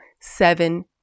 seven